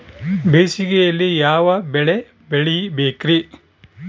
ಬೇಸಿಗೆಯಲ್ಲಿ ಯಾವ ಬೆಳೆ ಬೆಳಿಬೇಕ್ರಿ?